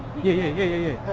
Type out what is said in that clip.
yea